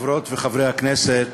חברות וחברי הכנסת,